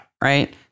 right